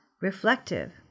reflective